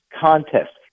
contest